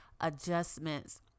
adjustments